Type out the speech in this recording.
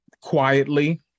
quietly